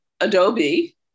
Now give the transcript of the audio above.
Adobe